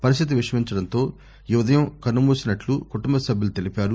పరిస్థితి విషమించడంతో ఈ ఉదయం కన్నుమూసినట్లు కుటుంబ సభ్యులు తెలిపారు